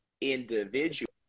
individual